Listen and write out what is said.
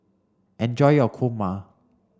enjoy your Kurma